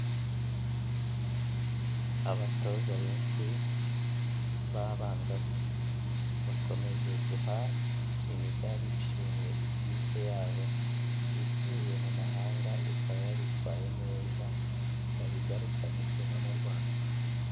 Abatoza benshi b'abangavu, bakomeje guha imidari y'ishimwe ikipe yabo, ivuye mu mahanga ikaba yaritwaye neza, ikaba igarukanye ishema mu Rwanda.